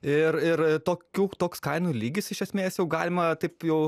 ir ir tokių toks kainų lygis iš esmės jau galima taip jau